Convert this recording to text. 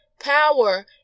power